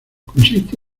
consiste